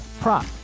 prop